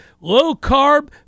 low-carb